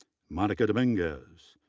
monica dominguez,